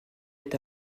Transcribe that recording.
est